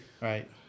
Right